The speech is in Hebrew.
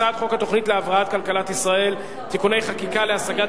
הצעת חוק התוכנית להבראת כלכלת ישראל (תיקוני חקיקה להשגת